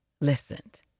listened